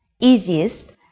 easiest